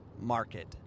market